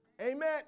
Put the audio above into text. Amen